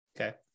Okay